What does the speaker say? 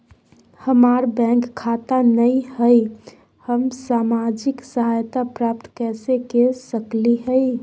हमार बैंक खाता नई हई, हम सामाजिक सहायता प्राप्त कैसे के सकली हई?